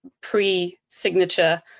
pre-signature